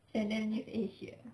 channel news asia